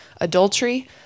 adultery